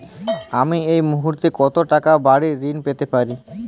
আমি এই মুহূর্তে কত টাকা বাড়ীর ঋণ পেতে পারি?